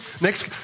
next